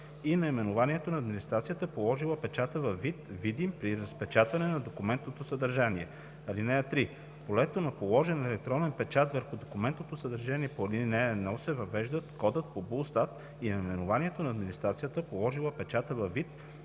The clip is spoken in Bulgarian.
и наименованието на администрацията, положила печата във вид, видим при разпечатване на документното съдържание. (3) В полето на положен електронен печат върху документно съдържание по ал. 1 се въвеждат кодът по БУЛСТАТ и наименованието на администрацията, положила печата във вид,